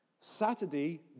Saturday